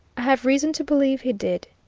i have reason to believe he did,